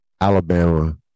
Alabama